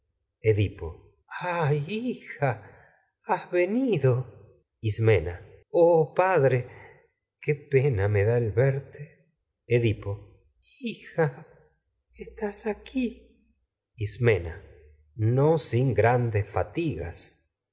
ay hija has venido oh padre ismena edipo qué pena me da el verte hija no estás aquí ismena sin grandes fatigas